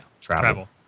travel